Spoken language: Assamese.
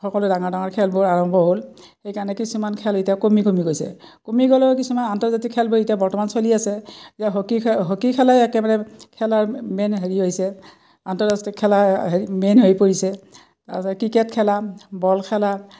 সকলো ডাঙৰ ডাঙৰ খেলবোৰ আৰম্ভ হ'ল সেইকাৰণে কিছুমান খেল এতিয়া কমি কমি গৈছে কমি গ'লেও কিছুমান আন্তৰ্জাতিক খেলবোৰ এতিয়া বৰ্তমান চলি আছে যেতিয়া হকী হকী খেলে একেবাৰে খেলাৰ মেইন হেৰি হৈছে আন্তঃৰাষ্ট্ৰীয় খেলা মেইন হৈ পৰিছে তাৰপিছত ক্ৰিকেট খেলা বল খেলা